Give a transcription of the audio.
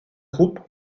groupes